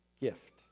gift